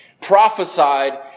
prophesied